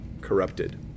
corrupted